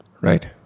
Right